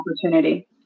opportunity